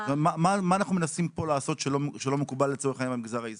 מה אנחנו מנסים לעשות כאן שלא מקובל לצורך העניין במגזר הציבורי?